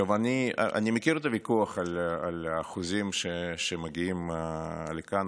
אני מכיר את הוויכוח על האחוזים שמגיעים לכאן,